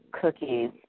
cookies